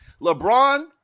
LeBron